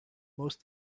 most